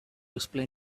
explain